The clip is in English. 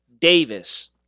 Davis